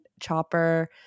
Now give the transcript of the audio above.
Chopper